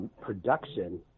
production